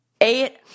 Eight